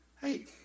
hey